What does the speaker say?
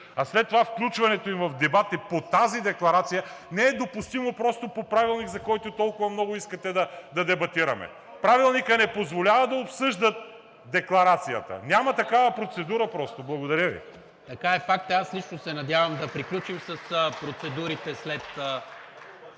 а след това включването им в дебат по тази декларация не е допустимо по Правилника, за който толкова много искате да дебатираме. Правилникът не позволява да обсъждат декларацията. Няма такава процедура. Благодаря Ви. ПРЕДСЕДАТЕЛ НИКОЛА МИНЧЕВ: Така е, факт е. Аз лично се надявам да приключим с процедурите сега,